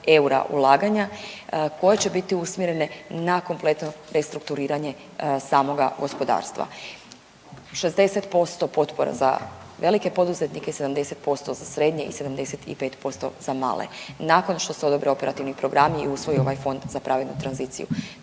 eura ulaganja koje će biti usmjerene na kompletno restrukturiranje samoga gospodarstva. 60% potpora za velike poduzetnike, 70% za srednje i 75% za male. Nakon što se odobre operativni programi i usvoji ovaj Fond za pravednu tranziciju